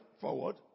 forward